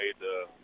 made